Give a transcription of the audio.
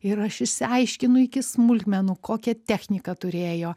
ir aš išsiaiškinu iki smulkmenų kokią techniką turėjo